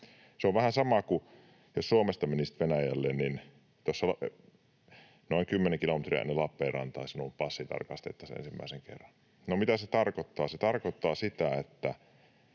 Se on vähän sama kuin että jos Suomesta menisit Venäjälle, niin noin 10 kilometriä ennen Lappeenrantaa passisi tarkastettaisiin ensimmäisen kerran. No, mitä se tarkoittaa? Se tarkoittaa sitä, että